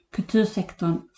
Kultursektorn